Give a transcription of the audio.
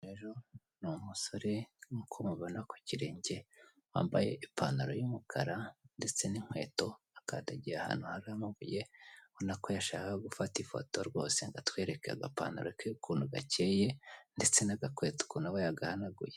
Rero ni umusore nkuko umubona kukirenge wambaye ipanaro y'umukara ndetse n'inkweto akandagiye ahantu hari amabuye ubona ko yashakaga gufata ifoto rwose ngo atwereke agapanaro ke ukuntu gakeye ndetse n'agakweto ke ukuntu aba yagahanaguye.